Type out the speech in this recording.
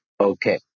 okay